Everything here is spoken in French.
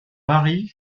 mari